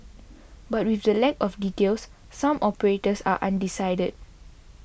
but with the lack of details some operators are undecided